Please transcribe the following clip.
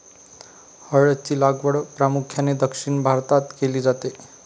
हळद ची लागवड प्रामुख्याने दक्षिण भारतात केली जाते